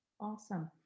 Awesome